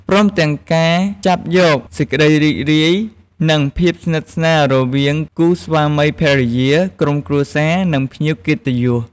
ព្រមទាំងការចាប់យកសេចក្តីរីករាយ និងភាពស្និទ្ធស្នាលរវាងគូស្វាមីភរិយា ក្រុមគ្រួសារ និងភ្ញៀវកិត្តិយស។